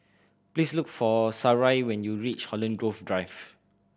please look for Sarai when you reach Holland Grove Drive